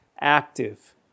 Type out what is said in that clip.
active